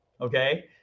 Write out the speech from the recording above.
okay